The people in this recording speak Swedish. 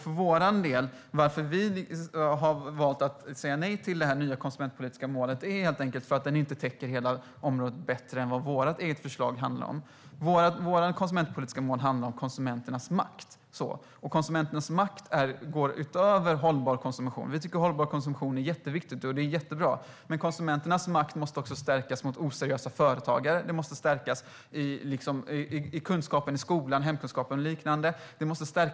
Anledningen till att vi har valt att säga nej till det nya konsumentpolitiska målet är helt enkelt att det inte täcker hela området bättre än vad vårt eget förslag gör. Vårt konsumentpolitiska mål handlar om konsumenternas makt. Konsumenternas makt går utöver hållbar konsumtion. Vi tycker att hållbar konsumtion är jätteviktigt och jättebra, men konsumenternas makt måste också stärkas mot oseriösa företagare. Kunskapen i skolan måste stärkas, i hemkunskapen och liknande.